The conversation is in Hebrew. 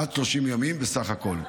עד 30 ימים בסך הכול.